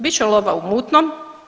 Bit će lova u mutnom.